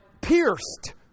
pierced